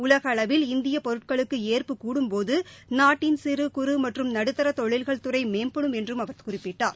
உலக அளவில் இந்திய பொருட்களுக்கு ஏற்பு கூடும்போது நாட்டின் சிறு குறு மற்றும் நடுத்தர தொழில்கள் துறை மேம்படும் என்று அவர் குறிப்பிட்டார்